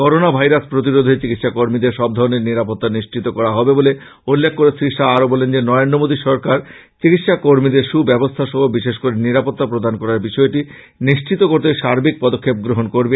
corona virus প্রতিরোধে চিকিৎসা কর্মীদের সব ধরণের নিরাপত্তা নিশ্চিত করা হবে বলে উল্লেখ করে শ্রী শাহ আরো বলেন যে নরেন্দ্র মোদি সরকার চিকিৎসা কর্মীদের সু ব্যবস্থ্যা সহ বিশেষ করে নিরাপত্তা প্রদান করার বিষয়টি নিশ্চিত করতে সার্বিক পদক্ষেপ গ্রহণ করবে